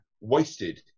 wasted